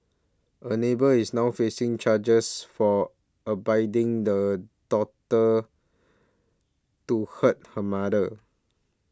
a neighbour is now facing charges for abetting the daughter to hurt her mother